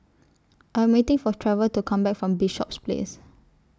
I'm waiting For Trever to Come Back from Bishops Place